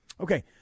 Okay